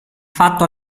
fatto